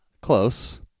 Close